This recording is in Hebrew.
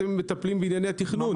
אתם מטפלים בענייני תכנון.